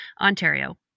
Ontario